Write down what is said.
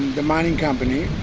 the mining company,